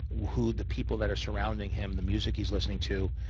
who the people that are surrounding him, the music he's listening to,